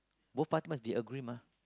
both part must be agree mah